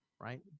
right